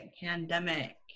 pandemic